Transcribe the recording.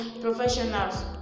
professionals